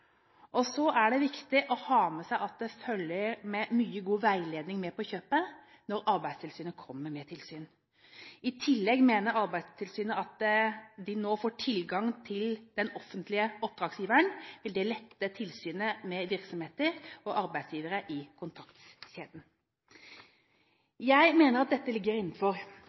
Så er det viktig å ha med seg at det følger mye god veiledning med på kjøpet når Arbeidstilsynet kommer. I tillegg mener Arbeidstilsynet at det at de nå får tilgang til den offentlige oppdragsgiveren, vil lette tilsynet med virksomheter og arbeidsgivere i kontraktskjeden. Jeg mener at dette ligger